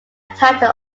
title